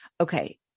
Okay